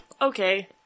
Okay